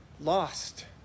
Lost